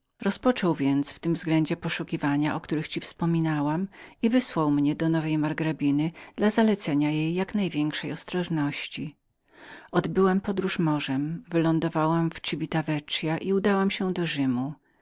rozpoczął więc w tym względzie poszukiwania i wysłał mnie do nowej margrabiny dla zalecenia jej jak największej ostrożności odbyłam podróż morzem wylądowałam w civita vechia i udałam się do rzymu